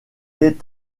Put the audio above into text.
est